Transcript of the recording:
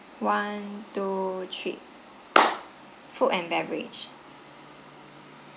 one two three food and beverage